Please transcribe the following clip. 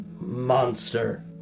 monster